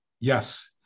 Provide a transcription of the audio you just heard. yes